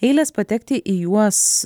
eilės patekti į juos